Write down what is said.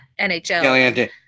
NHL